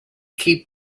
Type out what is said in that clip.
keep